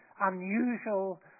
unusual